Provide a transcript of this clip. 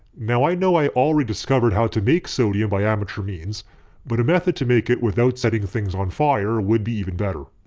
now i know i already discovered how to make sodium by amateur means but a method to make it without setting things on fire would be even better.